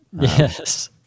Yes